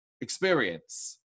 experience